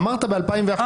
אמרת ב-2011.